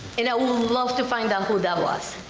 and i would love to find out who that was.